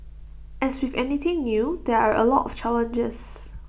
as with anything new there are A lot of challenges